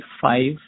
five